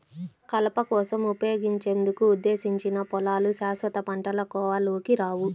కలప కోసం ఉపయోగించేందుకు ఉద్దేశించిన పొలాలు శాశ్వత పంటల కోవలోకి రావు